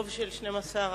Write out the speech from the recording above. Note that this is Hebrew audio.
ברוב של 12,